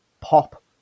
pop